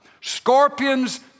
scorpions